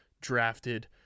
drafted